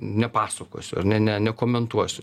nepasakosiu ar ne ne nekomentuosiu